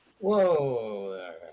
whoa